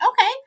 Okay